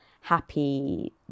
happy